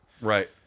Right